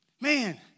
Man